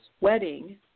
wedding